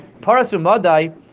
Parasumadai